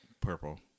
purple